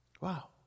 Wow